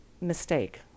mistake